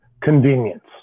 convenience